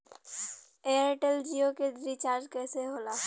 Airtel Jio के recharge कैसे होला?